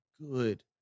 good